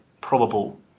probable